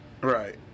right